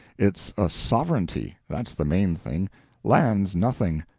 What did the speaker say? it's a sovereignty that's the main thing land's nothing.